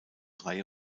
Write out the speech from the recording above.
reihe